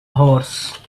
horse